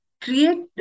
create